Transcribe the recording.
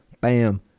Bam